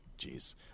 Jeez